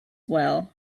well